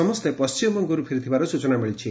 ସମସ୍ତେ ପଣ୍ଣିମବଙ୍ଗରୁ ଫେରିଥିବା ସୂଚନା ମିଳିଛି